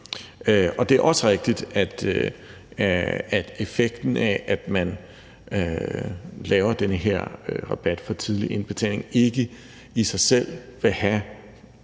Det er også rigtigt, at det, at man laver den her rabat for tidlig indbetaling, ikke i sig selv vil have